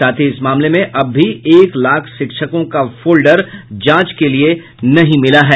साथ ही इस मामले में अब भी एक लाख शिक्षकों का फोल्डर जांच के लिये नहीं मिला है